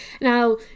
Now